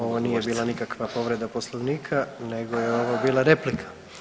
Ovo nije bila nikakva povreda Poslovnika, nego je ovo bila replika.